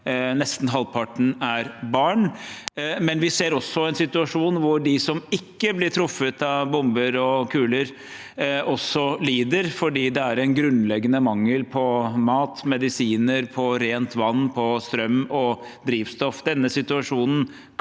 nesten halvparten er barn. Men vi ser også en situasjon hvor de som ikke blir truffet av bomber og kuler, også lider, fordi det er en grunnleggende mangel på mat, medisiner, rent vann, strøm og drivstoff.